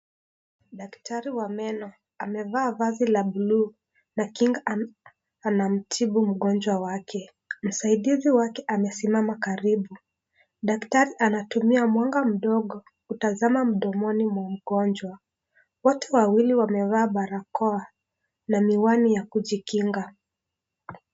Daktari wa meno, amevaa vazi la bluu na kinga anamtibu mgonjwa wake. Msaidizi wake amesimama karibu. Daktari anatumia mwanga mdogo, kutazama mdomoni mwa mgonjwa. Wote wawili wamevaa barakoa na miwani ya kujikinga.